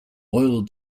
oil